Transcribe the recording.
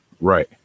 Right